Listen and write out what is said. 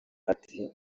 ati